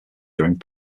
during